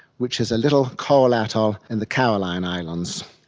which is a little coral atoll in the caroline islands.